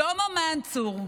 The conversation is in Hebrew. שלמה מנצור,